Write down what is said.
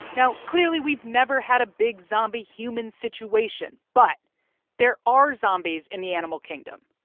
now, clearly we've never had a big zombie-human situation, but there are zombies in the animal kingdom.